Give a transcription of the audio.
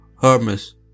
Hermes